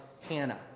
Hannah